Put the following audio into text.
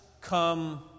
come